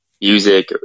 music